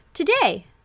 Today